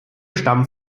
stammen